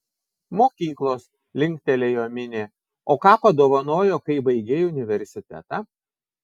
mokyklos linktelėjo minė o ką padovanojo kai baigei universitetą